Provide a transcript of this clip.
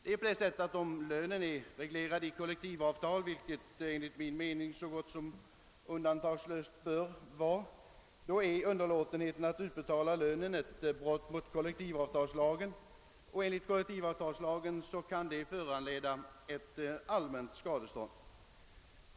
Det förhåller sig så, att om lönen är reglerad i kollektivavtal — vilket den så gott som undantagslöst bör vara — innebär underlåtenheten att utbetala lönen ett brott mot kollektivavtalslagen och kan enligt denna lag föranleda ett allmänt skadestånd.